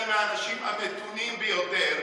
אני מהאנשים המתונים ביותר,